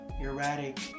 erratic